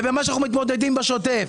ובמה שאנחנו מתמודדים איתו בשוטף.